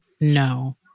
No